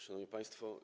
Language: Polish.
Szanowni Państwo!